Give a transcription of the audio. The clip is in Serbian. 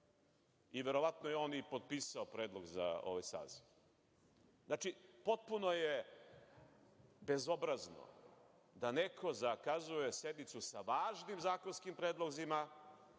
i verovatno je on i potpisao predlog za ovaj saziv. Znači, potpuno je bezobrazno da neko zakazuje sednicu sa važnim zakonskim predlozima